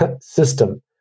system